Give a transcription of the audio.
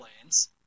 plans